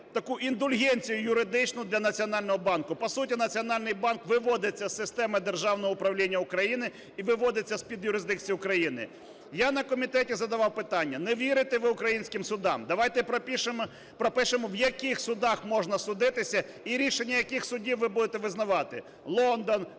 таку індульгенцію юридичну для Національного банку. По суті, Національний банк виводиться з системи державного управління України і виводиться з-під юрисдикції України. Я на комітеті задавав питання: не вірите ви українським судам - давайте пропишемо, в яких судах можна судитися і рішення яких судів ви будете визнавати: Лондон,